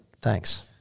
Thanks